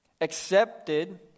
accepted